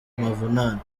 amavunane